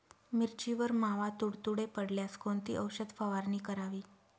मिरचीवर मावा, तुडतुडे पडल्यास कोणती औषध फवारणी करावी?